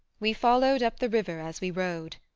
we followed up the river as we rode,